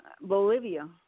Bolivia